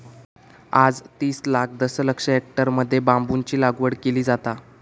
आज तीस लाख दशलक्ष हेक्टरमध्ये बांबूची लागवड केली जाता